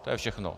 To je všechno.